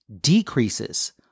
decreases